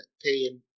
paying